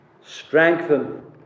strengthen